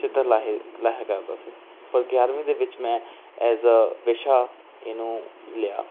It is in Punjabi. ਚਿੱਤਰ ਲਾਹੇ ਲਾਹਿਆ ਕਰਦਾ ਸੀ ਪਰ ਗਿਆਰ੍ਹਵੀਂ ਦੇ ਵਿੱਚ ਮੈਂ ਐਜ਼ ਅ ਵਿਸ਼ਾ ਇਹਨੂੰ ਲਿਆ